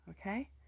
okay